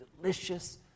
delicious